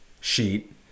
sheet